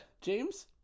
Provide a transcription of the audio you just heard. James